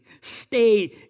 stay